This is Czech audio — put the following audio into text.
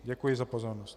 Děkuji za pozornost.